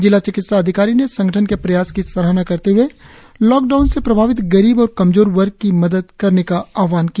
जिला चिकित्सा अधिकारी ने संगठन के प्रयास की सराहना करते हुए लॉकडाउन से प्रभावित गरीब और कमजोर वर्ग की मदद करने का आहवान किया